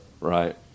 right